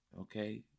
okay